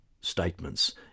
statements